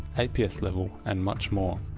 aps level and much more.